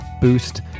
boost